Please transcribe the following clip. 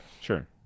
sure